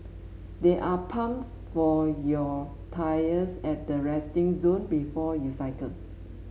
there are pumps for your tyres at the resting zone before you cycle